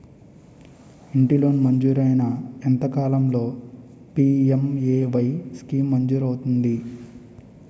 ఇంటి లోన్ మంజూరైన ఎంత కాలంలో పి.ఎం.ఎ.వై స్కీమ్ మంజూరు అవుతుంది?